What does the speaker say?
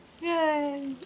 yay